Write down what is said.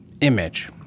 image